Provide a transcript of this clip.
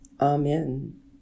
Amen